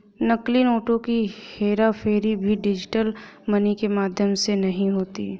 नकली नोटों की हेराफेरी भी डिजिटल मनी के माध्यम से नहीं होती